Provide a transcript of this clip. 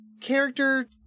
character